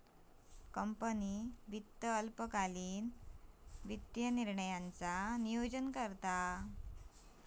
company वित्त अल्पकालीन वित्तीय निर्णयांचा नोयोजन करता